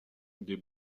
des